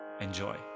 enjoy